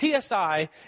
PSI